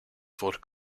ford